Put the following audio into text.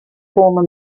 former